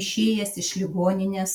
išėjęs iš ligoninės